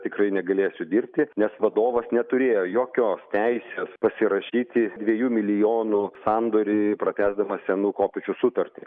tikrai negalėsiu dirbti nes vadovas neturėjo jokios teisės pasirašyti dviejų milijonų sandorį pratęsdamas senų kopėčių sutartį